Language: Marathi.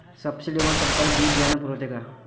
सब्सिडी वर सरकार बी बियानं पुरवते का?